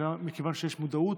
מכיוון שיש מודעות.